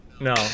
No